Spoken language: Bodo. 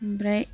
ओमफ्राय